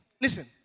listen